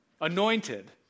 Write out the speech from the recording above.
anointed